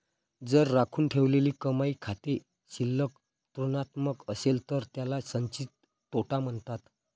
जर राखून ठेवलेली कमाई खाते शिल्लक ऋणात्मक असेल तर त्याला संचित तोटा म्हणतात